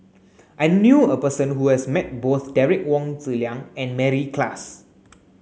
I knew a person who has met both Derek Wong Zi Liang and Mary Klass